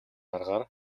аргаар